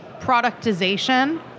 productization